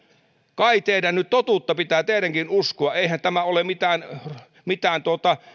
kai teidänkin nyt totuutta pitää uskoa eihän tämä ole mitään mitään